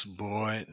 boy